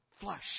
flush